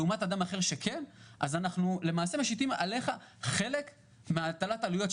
אז אנחנו משיתים עליך חלק מהטלת העלויות.